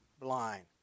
blind